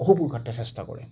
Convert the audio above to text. অহুপুৰুষাৰ্থ চেষ্টা কৰে